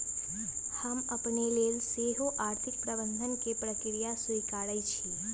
हम अपने लेल सेहो आर्थिक प्रबंधन के प्रक्रिया स्वीकारइ छी